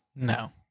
No